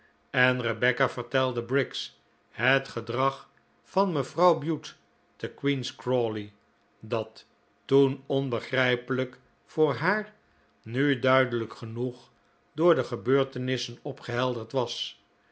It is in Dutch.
en rebecca vertelde briggs het gedrag van mevrouw bute te queen's crawley dat toen onbegrijpelijk voor haar nu duidelijk genoeg door de gebeurtenissen opgehelderd was